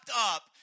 up